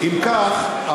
אם כך,